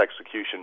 execution